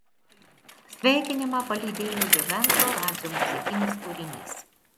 sveikinimą palydėjo juvento radzio muzikinis kūrinys